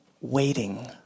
waiting